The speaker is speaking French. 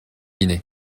guinée